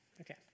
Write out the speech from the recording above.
Okay